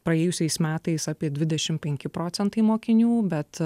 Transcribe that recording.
praėjusiais metais apie dvidešim penki procentai mokinių bet